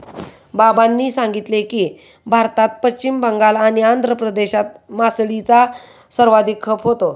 बाबांनी सांगितले की, भारतात पश्चिम बंगाल आणि आंध्र प्रदेशात मासळीचा सर्वाधिक खप होतो